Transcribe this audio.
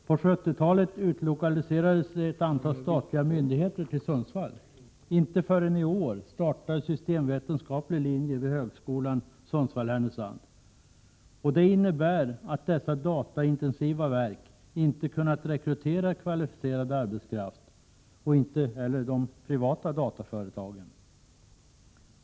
På 70-talet utlokaliserades ett antal statliga myndigheter till Sundsvall. Inte förrän i år startar systemvetenskaplig linje vid högskolan Sundsvall/Härnösand. Det innebär att dessa dataintensiva verk inte kunnat rekrytera kvalificerad arbetskraft, och inte heller de privata dataföretagen.